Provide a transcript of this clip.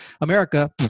America